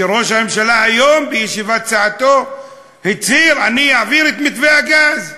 שראש הממשלה היום בישיבת סיעתו הצהיר: אני אעביר את מתווה הגז.